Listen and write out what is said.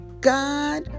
God